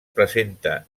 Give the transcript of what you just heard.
presenta